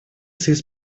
союз